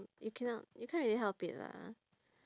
you cannot you can't really help it lah